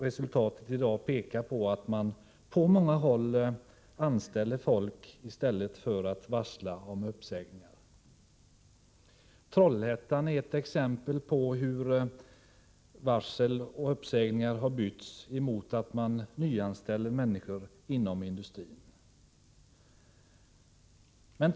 Resultatet i dag pekar på att man på många håll anställer folk i stället för att varsla om uppsägningar. Trollhättan är ett exempel på hur varsel och uppsägningar har bytts mot att man nyanställer människor inom industrin.